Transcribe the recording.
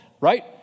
right